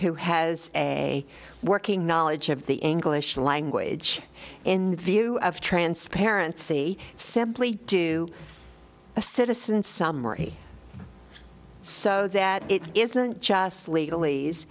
who has a working knowledge of the english language in the view of transparency simply do a citizen summary so that it isn't just legal